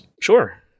Sure